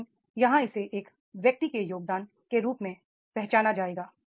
लेकिन यहां इसे एक व्यक्ति के योगदान के रूप में पहचाना जाएगा